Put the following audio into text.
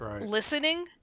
listening